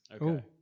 Okay